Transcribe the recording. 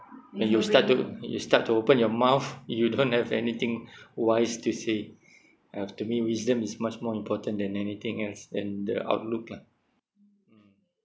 when you start to you start to open your mouth you don't have anything wise to say uh to me wisdom is much more important than anything else than the outlook lah mm